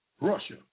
Russia